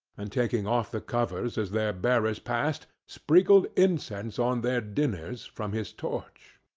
and taking off the covers as their bearers passed, sprinkled incense on their dinners from his torch.